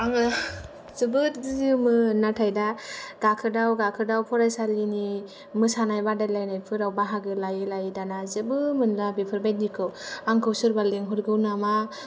आङो जोबोद गियोमोन नाथाय दा गाखोदाव गाखोदाव फरायसालिनि मोसानाय बादायलायनायफोराव बाहागो लायै लायै दाना जेबो मोनला बेफोरबादिखौ आंखौ सोरबा लिंहरगौ नामा